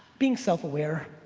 being self-aware.